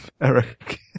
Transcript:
Eric